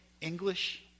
English